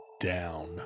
down